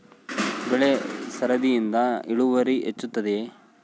ಬೆಳೆ ಸರದಿಯಿಂದ ಇಳುವರಿ ಹೆಚ್ಚುತ್ತದೆಯೇ?